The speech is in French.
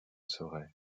saurais